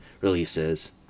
releases